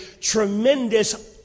tremendous